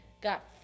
Got